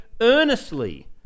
earnestly